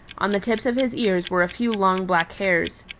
on the tips of his ears were a few long black hairs.